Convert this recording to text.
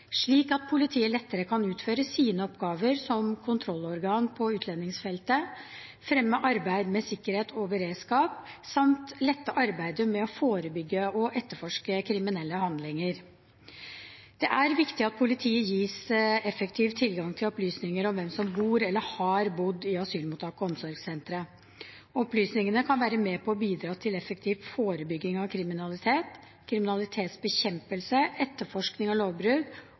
slik at politiet lettere kan utføre sine oppgaver som kontrollorgan på utlendingsfeltet, fremme arbeidet med sikkerhet og beredskap samt lette arbeidet med å forebygge og etterforske kriminelle handlinger. Det er viktig at politiet gis effektiv tilgang til opplysninger om hvem som bor eller har bodd i asylmottak og omsorgssentre. Opplysningene kan være med på å bidra til effektiv forebygging av kriminalitet, kriminalitetsbekjempelse, etterforskning av lovbrudd